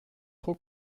trop